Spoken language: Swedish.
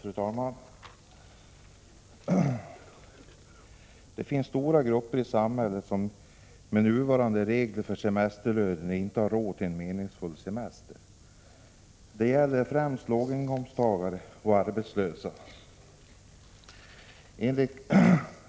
Fru talman! Det finns stora grupper i samhället som med nuvarande regler för semesterlön inte har råd till en meningsfull semester. Det gäller främst låginkomsttagare och arbetslösa. Enligt